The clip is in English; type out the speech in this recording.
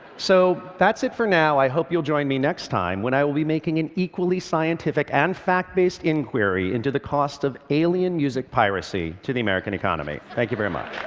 so that's it for now. i hope you'll join me next time when i will be making an equally scientific and fact-based inquiry into the cost of alien music piracy to he american economy. thank you very much.